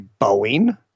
Boeing